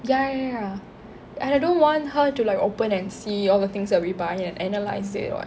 ya ya and I don't want her to like open and see all the things that we buy and analyse it what